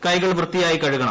കൈകൾ പൃത്തിയായി കഴുകണം